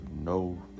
no